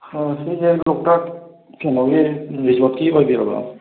ꯑ ꯁꯤꯁꯦ ꯂꯣꯛꯇꯥꯛ ꯀꯩꯅꯣꯒꯤ ꯔꯤꯖꯣꯔꯠꯀꯤ ꯑꯣꯏꯕꯤꯔꯕꯣ